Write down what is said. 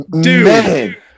dude